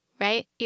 Right